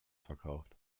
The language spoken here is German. verkauft